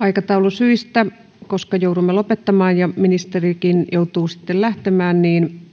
aikataulusyistä koska joudumme lopettamaan ja ministerikin joutuu sitten lähtemään